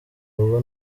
ubwo